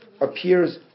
appears